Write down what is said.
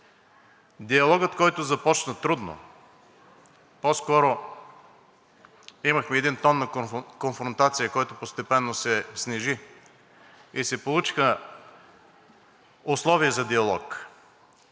диалог, който започна трудно – по-скоро имахме един тон на конфронтация, който постепенно се снижи и се получиха условия за диалог,